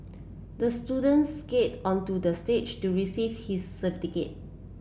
the student skated onto the stage to receive his